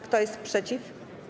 Kto jest przeciw?